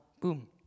Boom